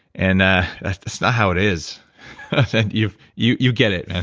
and ah that's that's not how it is and you've. you you get it, man.